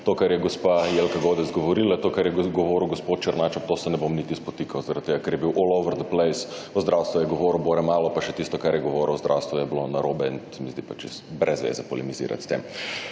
to, kar je gospa Jelka Godec govorila. To kar je govoril gospod Černač v to se ne bom niti spotikal. Zaradi tega ker je bil all over the place. O zdravstvu je govoril bore malo, pa še tisto kar je govoril o zdravstvu je bilo narobe. Brez zveze je polemizirati s tem.